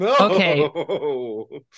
okay